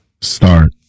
start